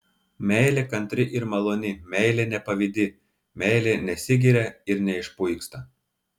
meilė kantri ir maloni meilė nepavydi meilė nesigiria ir neišpuiksta